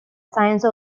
science